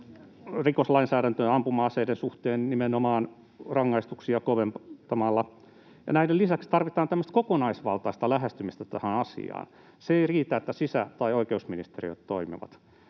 Rikosten uhreille!] ampuma-aseiden suhteen nimenomaan rangaistuksia koventamalla. Ja näiden lisäksi tarvitaan tämmöistä kokonaisvaltaista lähestymistä tähän asiaan. Se ei riitä, että sisä‑ tai oikeusministeriö toimii.